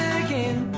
again